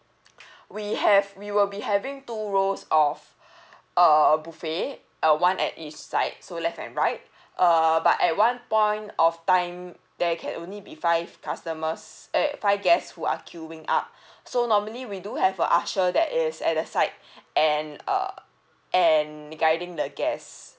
we have we will be having two rows of uh buffet uh one at each side so left and right err but at one point of time there can only be five customers eh five guests who are queuing up so normally we do have a usher that is at the side and uh and guiding the guests